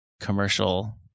commercial